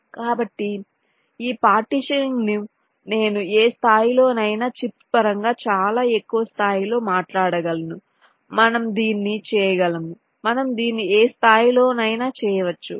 కాబట్టి ఈ పార్టీషనింగ్ ను నేను ఏ స్థాయిలోనైనా చిప్స్ పరంగా చాలా ఎక్కువ స్థాయిలో మాట్లాడగలను మనం దీన్ని చేయగలము మనం దీన్ని ఏ స్థాయిలోనైనా చేయవచ్చు